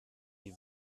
die